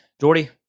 Jordy